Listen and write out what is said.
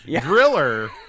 Driller